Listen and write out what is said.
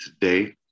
Today